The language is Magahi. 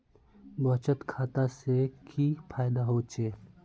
बचत खाता से की फायदा होचे?